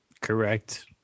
Correct